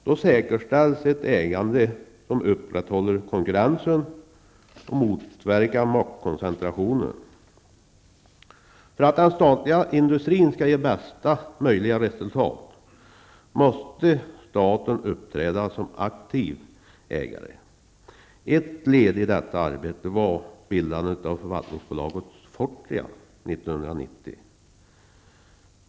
Då säkerställs ett ägande som upprätthåller konkurrensen och motverkar maktkoncentrationen. För att den statliga industrin skall ge bästa möjliga resultat måste staten uppträda som aktiv ägare. Ett led i detta arbete var bildandet av förvaltningsbolaget Fortia 1990.